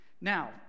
Now